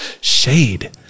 shade